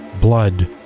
Blood